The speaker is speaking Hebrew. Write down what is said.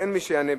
ואין מי שיענה,